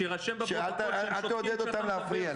שיירשם בפרוטוקול שהם שותקים כשאתה מדבר.